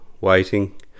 waiting